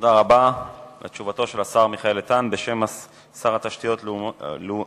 תודה רבה על תשובתו של השר מיכאל איתן בשם שר התשתיות הלאומיות,